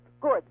good